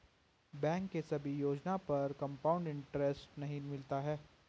bank के सभी योजना पर कंपाउड इन्टरेस्ट नहीं मिलता है